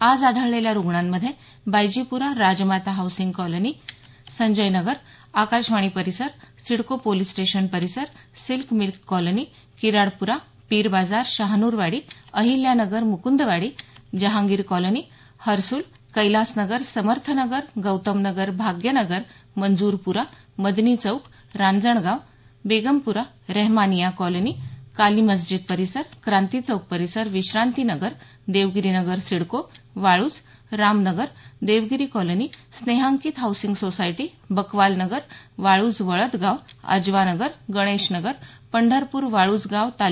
आज आढळलेल्या रुग्णांमध्ये बायजीप्रा राजमाता हाऊसिंग सोसायटी संजय नगर आकाशवाणी परिसर सिडको पोलिस स्टेशन परिसर silk mill colony Kiradpura Pirbazar Shahnurwadi Ahilya Nagar Mukundwadi Jahangir colony Harsul Kailas Nagar Samarth Nagar Gautam Nagar Bhagya Nagar Manjurpura Madani Chowk Ranjangaon Begampura Rehmania colony Kali Masjid परिसर क्रांती चौक परिसर Vishranti Nagar Devgiri Nagar CIDCO Waluj Ram Nagar Devgiri colony Snehankit housing society Bakwal Nagar Waluj Waladgaon Ajwa Nagar Ganesh Nagar Pandharpur Walujgaon ता